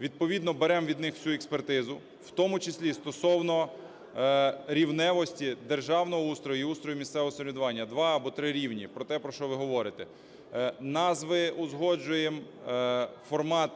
Відповідно беремо від них всю експертизу, в тому числі й стосовно рівневості державного устрою і устрою місцевого самоврядування – два або три рівні – про те, про що ви говорите. Назви узгоджуємо, формат